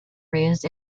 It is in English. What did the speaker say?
raised